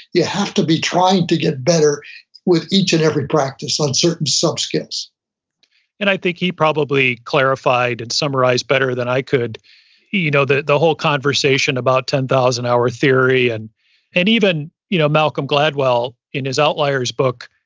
you have to be trying to get better with each and every practice on certain sub-skills and i think he probably clarified and summarized better than i could you know the the whole conversation about ten thousand hour theory. and and even you know malcolm gladwell in his outliers book,